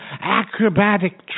acrobatic